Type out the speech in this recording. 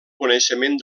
coneixement